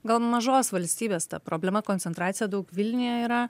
gal mažos valstybės ta problema koncentracija daug vilniuje yra